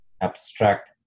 abstract